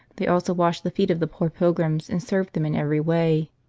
they also wash the feet of the poor pilgrims and serve them in every way.